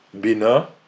bina